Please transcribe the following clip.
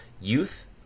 youth